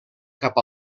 cap